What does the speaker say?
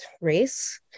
race